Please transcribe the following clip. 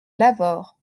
lavaur